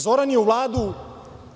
Zoran je u Vladu